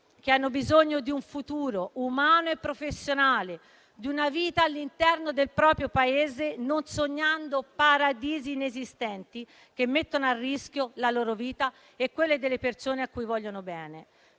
che hanno bisogno di un futuro umano e professionale, di una vita all'interno del proprio Paese, non sognando paradisi inesistenti che mettono a rischio la loro vita e quelle delle persone a cui vogliono bene.